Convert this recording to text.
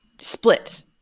split